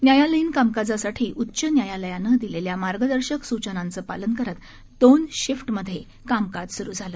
न्यायालयीन कामकाजासाठी उच्च न्यायालयानं दिलेल्या मार्गदर्शक सुचनांचं पालन करत दोन शिफ्टमध्ये कामकाज सुरु झालं